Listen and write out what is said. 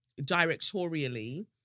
directorially